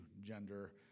gender